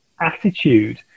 attitude